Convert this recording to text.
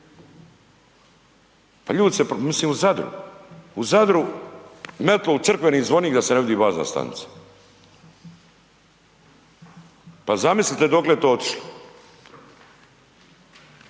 Pa ljudi se, mislim u Zadru, u Zadru metlo u crkveni zvonik da se ne vidi bazna stanica. Pa zamislite dokle je to otišlo?